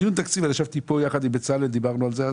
בדיון על התקציב ישבתי פה יחד עם בצלאל ודיברנו על זה.